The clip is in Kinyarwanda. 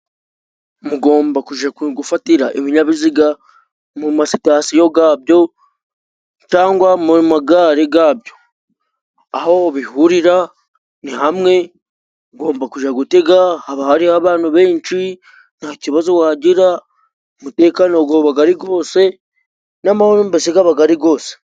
Mugomba kuja gufatira ibinyabiziga mu ma sitasiyo gabyo cyangwa mu magare gabyo. Aho bihurira ni hamwe, ugomba kuja gutega haba hariho abantu benshi nta kibazo wagira, umutekano gaba gari gose, n'amahoro mbese gaba gari gose.